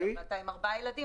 אם אתה עם ארבעה ילדים,